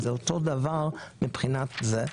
זה אותו דבר מהבחינה הזאת.